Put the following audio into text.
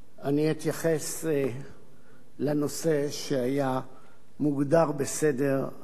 אני אתייחס לנושא שהיה מוגדר בסדר-היום,